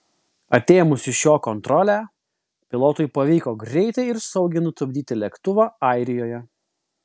atėmus iš jo kontrolę pilotui pavyko greitai ir saugiai nutupdyti lėktuvą airijoje